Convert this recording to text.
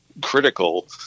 critical